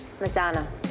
Madonna